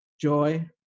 joy